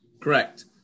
Correct